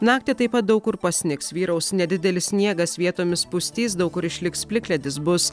naktį taip pat daug kur pasnigs vyraus nedidelis sniegas vietomis pustys daug kur išliks plikledis bus